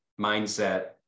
mindset